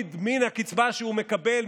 מוריד מן הקצבה שהוא מקבל,